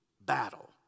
battle